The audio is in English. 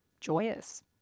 joyous